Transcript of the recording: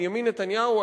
בנימין נתניהו,